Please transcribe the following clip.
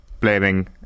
blaming